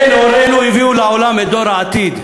כן, הורינו הביאו לעולם את דור העתיד.